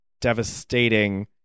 devastating